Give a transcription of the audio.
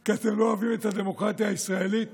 אני יכול לחזור לדבר, אדוני?